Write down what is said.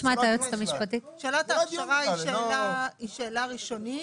שאלת ההכשרה היא שאלה מקדמית.